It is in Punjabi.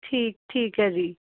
ਠੀਕ ਠੀਕ ਹੈ ਜੀ